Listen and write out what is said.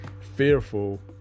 fearful